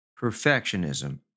perfectionism